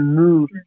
move